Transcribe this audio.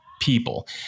people